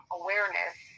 awareness